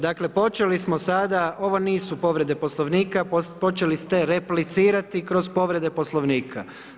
Dakle počeli smo sada, ovo nisu povrede Poslovnika, počeli ste replicirati kroz povrede Poslovnika.